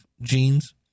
jeans